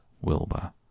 Wilbur